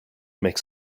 makes